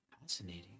Fascinating